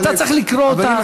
אבל אתה צריך לקרוא אותה.